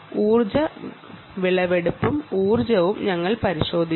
ഊർജ്ജ ഹാർവെസ്റ്റിംഗും ഞങ്ങൾ കണ്ടിരുന്നു